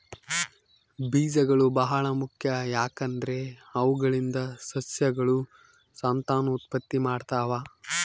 ಬೀಜಗಳು ಬಹಳ ಮುಖ್ಯ, ಯಾಕಂದ್ರೆ ಅವುಗಳಿಂದ ಸಸ್ಯಗಳು ಸಂತಾನೋತ್ಪತ್ತಿ ಮಾಡ್ತಾವ